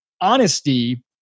honesty